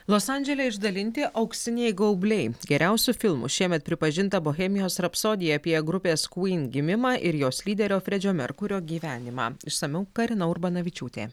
los andžele išdalinti auksiniai gaubliai geriausiu filmu šiemet pripažinta bohemijos rapsodija apie grupės kuyn gimimą ir jos lyderio fredžio merkurio gyvenimą išsamiau karina urbanavičiūtė